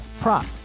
prop